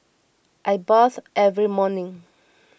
I bath every morning